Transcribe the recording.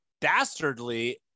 dastardly